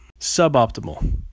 suboptimal